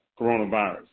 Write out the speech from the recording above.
coronavirus